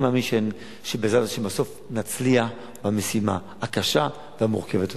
אני מאמין שבעזרת השם בסוף נצליח במשימה הקשה והמורכבת הזאת.